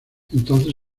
entonces